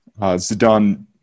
Zidane